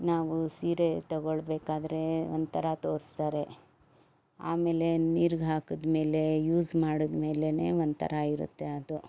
ನಾವು ಸೀರೆ ತಗೋಳ್ಬೇಕಾದರೆ ಒಂಥರ ತೋರಿಸ್ತಾರೆ ಆಮೇಲೆ ನೀರ್ಗೆ ಹಾಕಿದ ಮೇಲೆ ಯೂಸ್ ಮಾಡಿದ ಮೇಲೆ ಒಂಥರ ಇರುತ್ತೆ ಅದು